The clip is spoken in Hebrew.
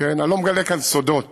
אני לא מגלה כאן סודות